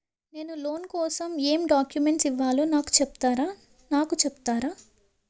నేను లోన్ కోసం ఎం డాక్యుమెంట్స్ ఇవ్వాలో నాకు చెపుతారా నాకు చెపుతారా?